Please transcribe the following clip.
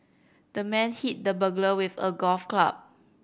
the man hit the burglar with a golf club